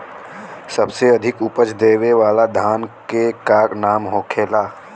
सबसे अधिक उपज देवे वाला धान के का नाम होखे ला?